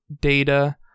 data